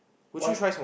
what's